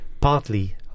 partly